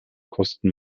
kosten